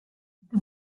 the